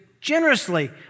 generously